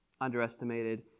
underestimated